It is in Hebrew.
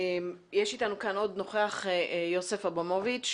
נוכח אתנו כאן יוסף אברמוביץ.